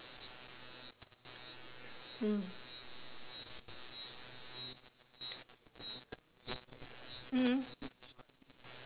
mm mm